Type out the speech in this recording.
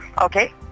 Okay